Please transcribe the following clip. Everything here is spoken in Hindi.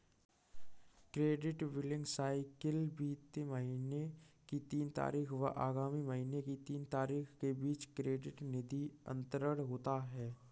क्रेडिट बिलिंग साइकिल बीते महीने की तीन तारीख व आगामी महीने की तीन तारीख के बीच क्रेडिट निधि अंतरण होगा